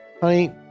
Honey